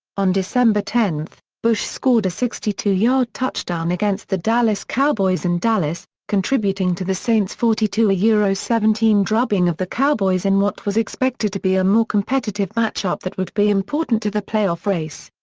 on december ten, bush scored a sixty two yard touchdown against the dallas cowboys in dallas, contributing to the saints' forty two yeah seventeen drubbing of the cowboys in what was expected to be a more competitive matchup that would be important to the playoff race.